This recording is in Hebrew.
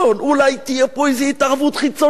אולי תהיה פה איזו התערבות חיצונית